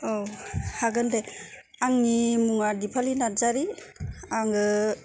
औ हागोन दे आंनि मुङा दिपालि नार्जारि आङो